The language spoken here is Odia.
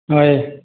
ହଏ